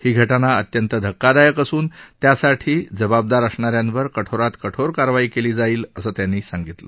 ही घटना अत्यंत धक्कादायक असून त्यासाठी जबाबदार असणा यांवर कठोरात कठोर करवाई केली जाईल असं त्यांनी सांगितलं